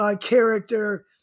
character